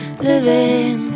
living